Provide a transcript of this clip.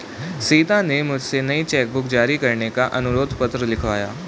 सीता ने मुझसे नई चेक बुक जारी करने का अनुरोध पत्र लिखवाया